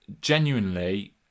Genuinely